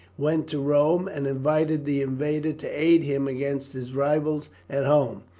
went to rome and invited the invader to aid him against his rivals at home,